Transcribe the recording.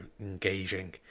engaging